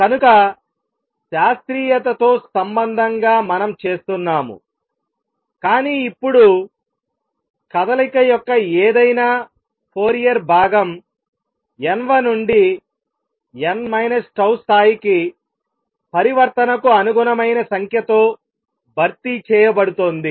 కనుక శాస్త్రీయత తో సంబంధంగా చేస్తున్నాము కానీ ఇప్పుడు కదలిక యొక్క ఏదైనా ఫోరియర్ భాగం n వ నుండి n τ స్థాయికి పరివర్తనకు అనుగుణమైన సంఖ్యతో భర్తీ చేయబడుతోంది